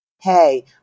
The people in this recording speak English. hey